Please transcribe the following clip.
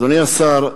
אדוני השר,